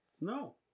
No